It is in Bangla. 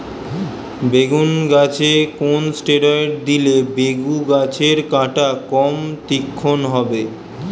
বেগুন গাছে কোন ষ্টেরয়েড দিলে বেগু গাছের কাঁটা কম তীক্ষ্ন হবে?